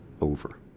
over